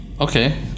Okay